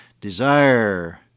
Desire